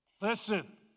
Listen